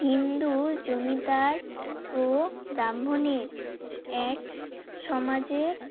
হিন্দু জমিদার ও ব্রাহ্মণের এক সমাজের